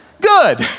good